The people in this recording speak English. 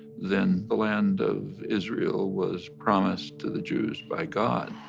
then the land of israel was promised to the jews by god,